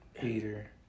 Peter